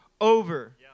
over